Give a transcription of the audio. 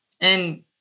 and-